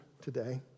today